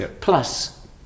Plus